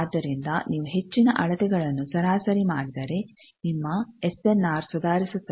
ಆದ್ದರಿಂದ ನೀವು ಹೆಚ್ಚಿನ ಅಳತೆಗಳನ್ನು ಸರಾಸರಿ ಮಾಡಿದರೆ ನಿಮ್ಮ ಎಸ್ಎನ್ಆರ್ ಸುಧಾರಿಸುತ್ತದೆ